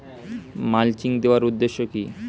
Mulching দেওয়ার উদ্দেশ্য কি?